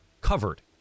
covered